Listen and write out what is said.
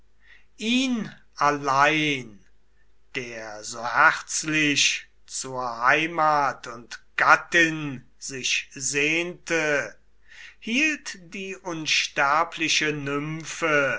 ihn allein der so herzlich zur heimat und gattin sich sehnte hielt die unsterbliche nymphe